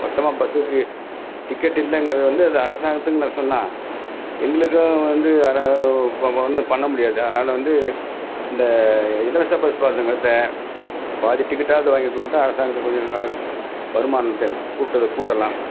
மொத்தமாக பஸ்ஸுக்கு டிக்கெட் இல்லைங்கிறது வந்து அது அரசாங்கத்துக்கு நஷ்டம் தான் எங்களுக்கும் வந்து வேறே ஒ ஒன்றும் பண்ண முடியாது அதனால வந்து இந்த இலவச பஸ் பாஸ்ஸை நிறுத்த பாதி டிக்கெட்டாவது வாங்கிட்டுவிட்டா அரசாங்கத்துக்கு கொஞ்சம் நல்லாயிருக்கும் வருமானத்தை கூட்டத்தை கூட்டலாம்